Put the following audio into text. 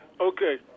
Okay